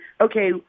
okay